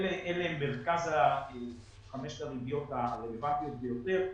אלה הן חמשת הריביות הרלוונטיות ביותר,